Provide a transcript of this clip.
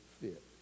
fit